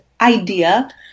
idea